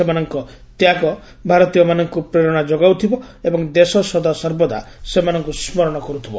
ସେମାନଙ୍କ ତ୍ୟାଗ ଭାରତୀୟମାନଙ୍କୁ ପ୍ରେରଣା ଯୋଗାଉଥିବ ଏବଂ ଦେଶ ସଦାସର୍ବଦା ସେମାନଙ୍କୁ ସ୍ମରଣ କରୁଥିବ